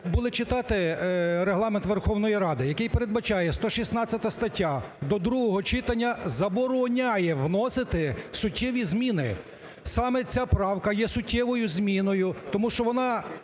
були б читати Регламент Верховної Ради, який передбачає 116 стаття до другого читання забороняє вносити суттєві зміни. Саме ця правка є суттєвою зміною, тому що вона